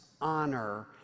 honor